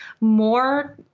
more